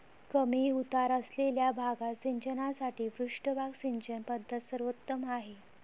कमी उतार असलेल्या भागात सिंचनासाठी पृष्ठभाग सिंचन पद्धत सर्वोत्तम आहे